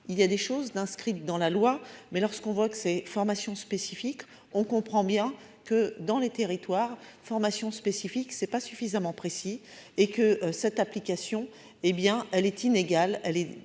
Il y a des choses d'inscrite dans la loi, mais lorsqu'on voit que ces formations spécifiques, on comprend bien que dans les territoires formation spécifique c'est pas suffisamment précis et que cette application, hé bien